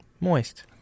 Moist